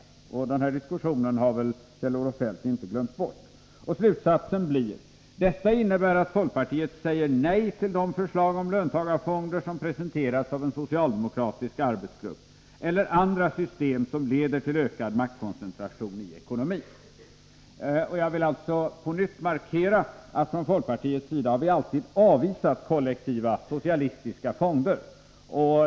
Den här diskussionen har väl Kjell-Olof Feldt inte glömt bort. Slutsatsen blir: ”Detta innebär att folkpartiet säger nej till de förslag om löntagarfonder som presenterats av en socialdemokratisk arbetsgrupp eller andra system som leder till ökad maktkoncentration i ekonomin.” Jag vill alltså på nytt markera att vi från folkpartiets sida alltid avvisat kollektiva socialistiska fonder.